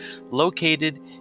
located